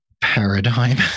paradigm